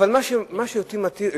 אבל מה שאותי יותר מדאיג,